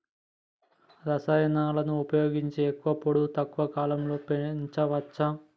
రసాయనాలను ఉపయోగించి ఎక్కువ పొడవు తక్కువ కాలంలో పెంచవచ్చా?